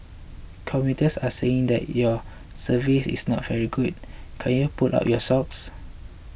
commuters are saying that your service is not very good can you pull up your socks